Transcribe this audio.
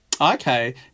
Okay